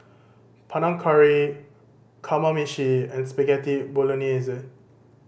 Panang Curry Kamameshi and Spaghetti Bolognese